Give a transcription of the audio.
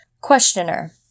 Questioner